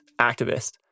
activist